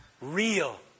real